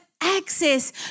access